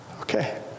Okay